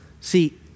See